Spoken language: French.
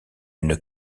une